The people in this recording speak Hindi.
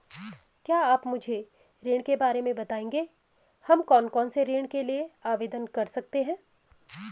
क्या आप मुझे ऋण के बारे में बताएँगे हम कौन कौनसे ऋण के लिए आवेदन कर सकते हैं?